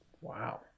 Wow